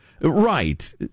Right